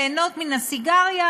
ליהנות מהסיגריה,